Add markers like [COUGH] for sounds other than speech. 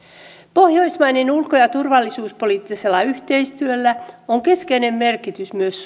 pohjoismaisella ulko ja ja turvallisuuspoliittisella yhteistyöllä on keskeinen merkitys myös [UNINTELLIGIBLE]